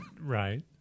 Right